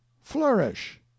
flourish